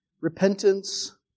Repentance